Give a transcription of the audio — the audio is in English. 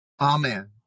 Amen